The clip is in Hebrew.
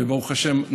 וברוך השם,